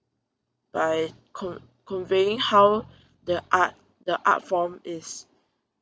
by con~ conveying how the art the art form is